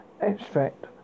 extract